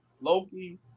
Loki